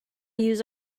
use